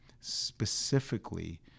specifically